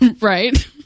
Right